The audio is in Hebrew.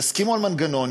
יסכימו על מנגנון,